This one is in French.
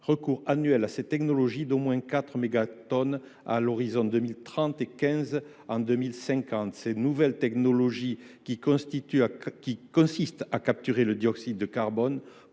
recours annuel à ces technologies d’au moins 4 mégatonnes à l’horizon 2030 et 15 mégatonnes à l’horizon 2050. Ces nouvelles technologies, qui consistent à capturer le dioxyde de carbone